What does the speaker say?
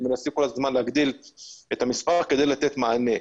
מנסים כל הזמן להגדיל את המספר כדי לתת מענה.